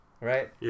right